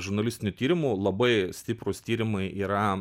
žurnalistinių tyrimų labai stiprūs tyrimai yra